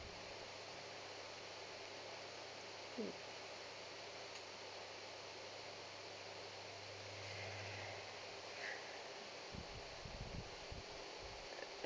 mm